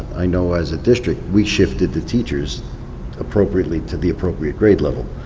i know as a district, we shifted the teachers appropriately to the appropriate grade level.